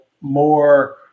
more